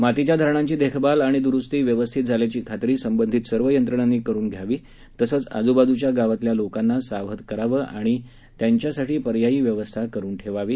मातीच्या धरणांची देखभाल आणि दुरुस्ती व्यवस्थित झाल्याची खात्री सबंधित सर्व यंत्रणांनी करून घ्यावी तसंच आजूबाजूच्या गावातल्या लोकांना सावध करावं आणि त्यांच्यासाठी पर्यायी व्यवस्था करून ठेवावी